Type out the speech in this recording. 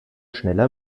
schneller